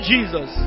Jesus